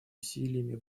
усилиями